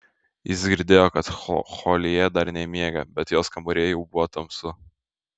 jis girdėjo kad chlojė dar nemiega bet jos kambaryje jau buvo tamsu